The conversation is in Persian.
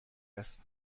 است